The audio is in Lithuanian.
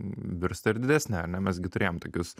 virsta ir didesne ar ne mes gi turėjom tokius